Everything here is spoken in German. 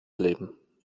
leben